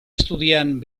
estudiant